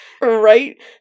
right